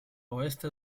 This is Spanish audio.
oeste